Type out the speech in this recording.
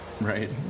Right